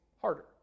harder